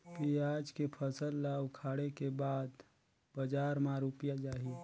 पियाज के फसल ला उखाड़े के बाद बजार मा रुपिया जाही?